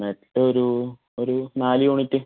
നട്ടൊരു ഒരു നാല് യൂണിറ്റ്